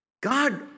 God